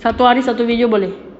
satu hari satu video boleh